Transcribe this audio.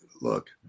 look